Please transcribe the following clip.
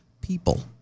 people